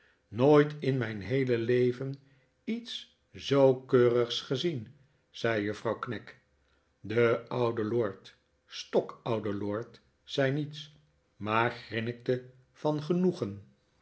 nooit in mijn heele leven iets zoo keurigs gezien zei juffrouw knag de oude lord stokoude lord zei niets maar grinnikte van genoegen